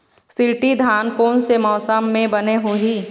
शिल्टी धान कोन से मौसम मे बने होही?